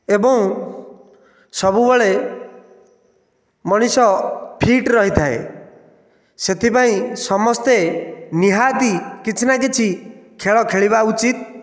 ଏବଂ ସବୁବେଳେ ମଣିଷ ଫିଟ୍ ରହିଥାଏ ସେଥିପାଇଁ ସମସ୍ତେ ନିହାତି କିଛି ନା କିଛି ଖେଳ ଖେଳିବା ଉଚିତ